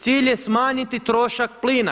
Cilj je smanjiti trošak plina.